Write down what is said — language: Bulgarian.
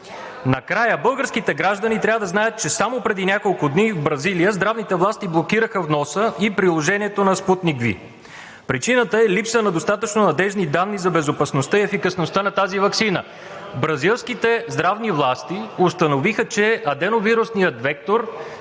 Накрая, българските граждани трябва да знаят, че само преди няколко дни в Бразилия здравните власти блокираха вноса и приложението на „Спутник V“. Причината е липса на достатъчно надеждни данни за безопасността и ефикасността на тази ваксина. Бразилските здравни власти установиха, че аденовирусният вектор